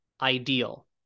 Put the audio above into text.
ideal